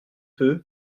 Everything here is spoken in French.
peu